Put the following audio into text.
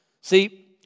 See